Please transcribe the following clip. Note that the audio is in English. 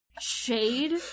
shade